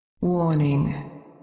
Warning